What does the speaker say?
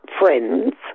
friends